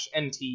NT